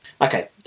okay